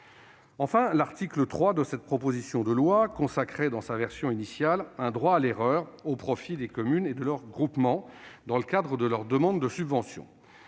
Enfin, l'article 3 de cette proposition de loi consacrait dans sa version initiale un « droit à l'erreur » au profit des communes et de leurs groupements dans le cadre de leur demande de subvention.